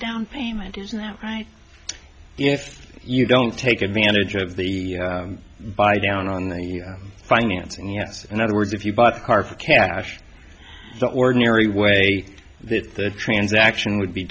down payment is that right if you don't take advantage of the buy down on the finance in the us in other words if you bought the car for cash the ordinary way that the transaction would be